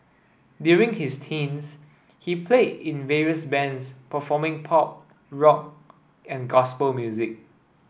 during his teens he played in various bands performing pop rock and gospel music